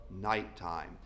nighttime